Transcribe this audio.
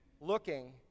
looking